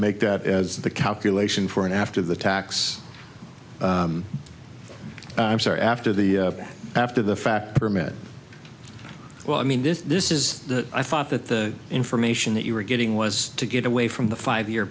make that as the calculation for an after the tax i'm sorry after the after the fact are met well i mean this this is the i thought that the information that you were getting was to get away from the five year